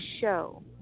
show